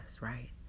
right